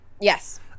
Yes